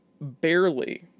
barely